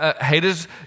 haters